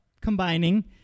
combining